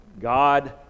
God